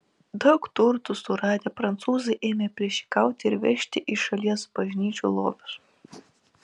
daug turtų suradę prancūzai ėmė plėšikauti ir vežti iš šalies bažnyčių lobius